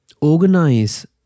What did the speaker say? organize